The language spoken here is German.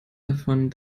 davon